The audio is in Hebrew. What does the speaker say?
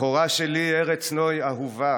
// מכורה שלי, ארץ נוי אהובה,